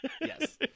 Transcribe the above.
yes